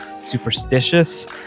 superstitious